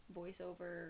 voiceover